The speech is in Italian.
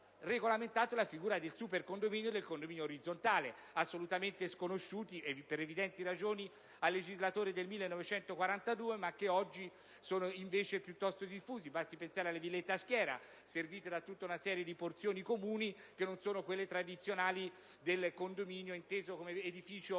regolamentato la figura del supercondominio e del condominio orizzontale, assolutamente sconosciute, per evidenti ragioni, al legislatore del 1942, ma che oggi sono invece piuttosto diffusi: basti pensare alle villette a schiera, servite da tutta una serie di porzioni comuni che non sono quelle tradizionali del condominio inteso come edificio